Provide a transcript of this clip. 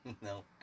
No